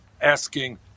asking